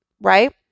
right